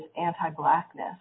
anti-blackness